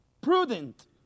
prudent